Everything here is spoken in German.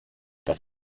das